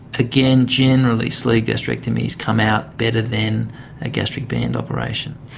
again, generally sleeve gastrectomies come out better than a gastric band operation.